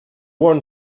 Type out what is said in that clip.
worn